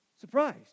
surprised